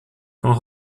quand